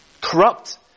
corrupt